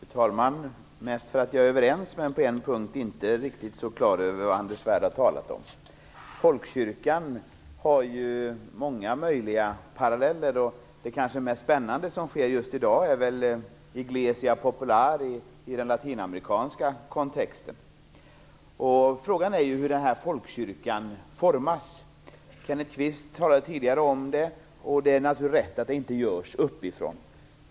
Fru talman! Jag begärde replik mest för att jag är överens med Anders Svärd, men på en punkt inte riktigt är klar över vad han talat om. Folkkyrkan har många möjliga paralleller. Det kanske mest spännande som sker just i dag är väl "iglesia popular" i den latinamerikanska kontexten. Frågan är hur denna folkkyrka formas. Kenneth Kvist talade tidigare om det. Det är naturligtvis rätt att det inte görs uppifrån.